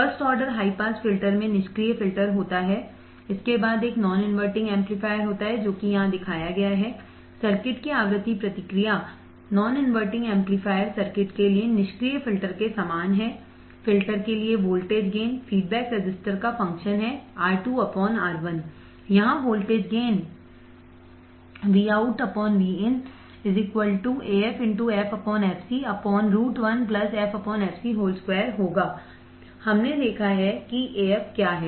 first order high pass filter में निष्क्रिय filter होता है इसके बाद एक नॉन इनवर्टिंग एम्पलीफायर होता है जो कि यहां दिखाया गया है सर्किट की आवृत्ति प्रतिक्रिया नॉन इनवर्टिंग एम्पलीफायर सर्किट के लिए निष्क्रिय फिल्टर के समान है फिल्टर के लिए वोल्टेज गेन फीडबैक रजिस्टर का फंक्शन है R2 R1 यहाँ वोल्टेज गेन हमने देखा है कि Af क्या है